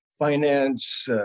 finance